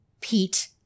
Pete